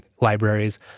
libraries